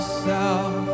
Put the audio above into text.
south